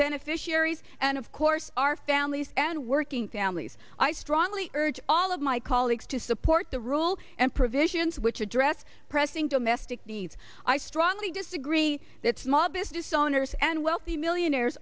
beneficiaries and of course our families and working families i strongly urge all of my colleagues to support the rule and provisions which address pressing domestic needs i strongly disagree that small business owners and wealthy millionaires